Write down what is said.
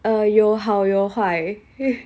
err 有好有坏